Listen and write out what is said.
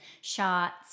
shots